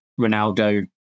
Ronaldo